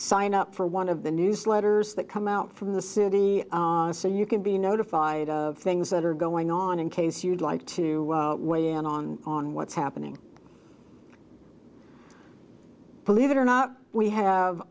sign up for one of the newsletters that come out from the city so you can be notified of things that are going on in case you'd like to weigh in on on what's happening believe it or not we have